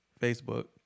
Facebook